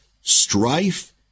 strife